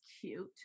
cute